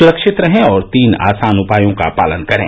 सुरक्षित रहें और तीन आसान उपायों का पालन करें